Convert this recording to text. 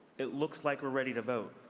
it looks like we're ready to vote.